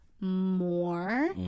more